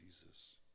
Jesus